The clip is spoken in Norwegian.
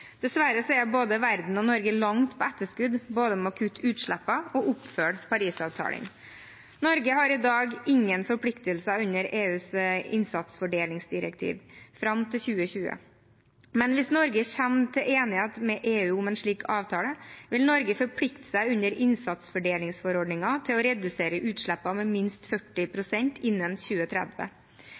er både verden og Norge langt på etterskudd når det gjelder både å kutte utslippene og å følge opp Parisavtalen. Norge har i dag ingen forpliktelser under EUs innsatsfordelingsforordning fram til 2020. Men hvis Norge kommer til enighet med EU om en slik avtale, vil Norge forplikte seg under innsatsfordelingsforordningen til å redusere utslippene med minst 40 pst. innen 2030.